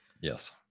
yes